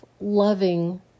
loving